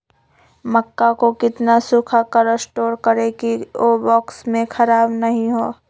मक्का को कितना सूखा कर स्टोर करें की ओ बॉक्स में ख़राब नहीं हो?